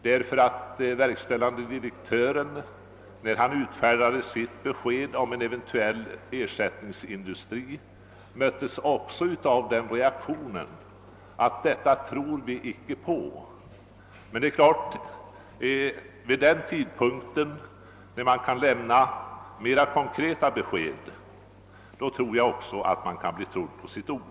När verkställande direktören kom med sin uppgift om en eventuell ersättningsindustri möttes även han av den reaktionen: »Detta tror vi inte på.« Men när mera konkreta besked lämnas kommer vi kanske att lita på dessa.